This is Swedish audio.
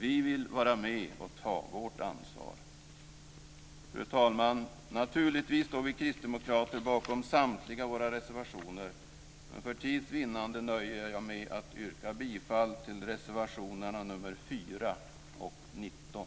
Vi vill vara med och ta vårt ansvar. Fru talman! Naturligtvis står vi kristdemokrater bakom samtliga reservationer men för tids vinnande nöjer jag mig med att yrka bifall till reservationerna nr 4 och 19.